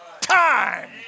time